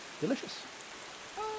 delicious